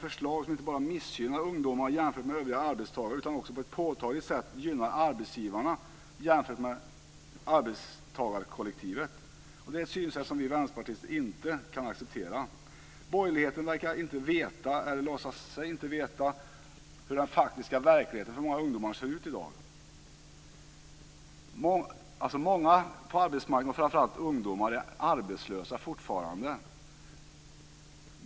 Förslagen inte bara missgynnar ungdomar jämfört med övriga arbetstagare, utan de gynnar också arbetsgivarna på ett påtagligt sätt jämfört med arbetstagarkollektivet. Det är ett synsätt som vi vänsterpartister inte kan acceptera. Borgerligheten verkar inte veta, eller säger sig inte veta, hur den faktiska verkligheten för många ungdomar ser ut i dag. Många ungdomar är fortfarande arbetslösa.